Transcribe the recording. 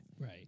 Right